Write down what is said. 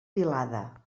vilada